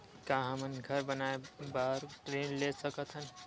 का हमन घर बनाए बार ऋण ले सकत हन?